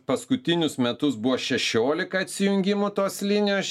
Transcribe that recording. paskutinius metus buvo šešiolika atsijungimų tos linijos